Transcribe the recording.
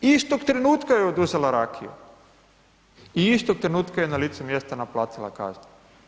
Istog trenutka joj je oduzela rakiju i istog trenutka je na licu mjesta naplatila kaznu.